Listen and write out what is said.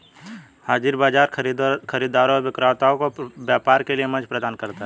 हाज़िर बाजार खरीदारों और विक्रेताओं को व्यापार के लिए मंच प्रदान करता है